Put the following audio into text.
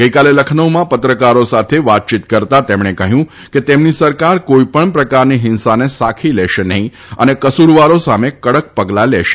ગઈકાલે લખનૌમાં પત્રકારો સાથે વાતચીત કરતા તેમણે કહ્યું કે તેમની સરકાર કોઈપણ પ્રકારની હિંસાને સાખી લેશે નહીં અને કસુરવારો સામે કડક પગલા લેવાશે